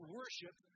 worship